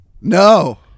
No